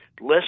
less